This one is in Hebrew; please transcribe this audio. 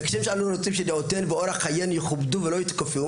כשם שאנחנו רוצים שדעותינו ואורח חיינו יכובדו ולא יותקפו